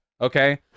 okay